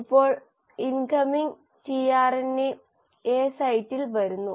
ഇപ്പോൾ incoming tRNA A സൈറ്റിൽ വരുന്നു